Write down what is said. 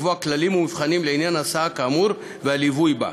לקבוע כללים ומבחנים לעניין הסעה כאמור והליווי בה.